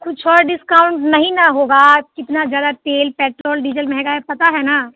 कुछ और डिस्काउंट नहीं ना होगा कितना ज़्यादा तेल पैट्रोल डीजल महँगा है पाता है ना